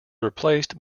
replaced